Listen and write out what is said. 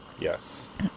yes